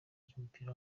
ry’umupira